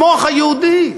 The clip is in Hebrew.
המוח היהודי.